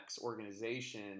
organization